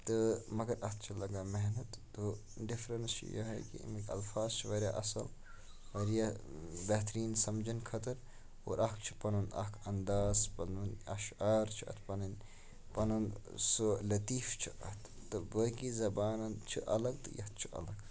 تہٕ مَگر اَتھ چھُ لگان محنت تہٕ ڈِفرنس چھُ یِہے کہِ اِمِکۍ اَلفاظ چھِ واریاہ اَصٕل واریاہ بہتریٖن سَمجھن خٲطرٕ اور اَتھ چھُ پَنُن اکھ اَنداز پَنُن اَشو آر چھُ اَتھ پَنٕنۍ پَنُن سُہ لٔتیٖفہٕ چھُ اَتھ تہٕ باقٕے زَبان چھُ الگ تہٕ یَتھ چھُ الگ